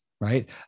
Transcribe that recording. Right